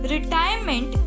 Retirement